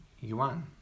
yuan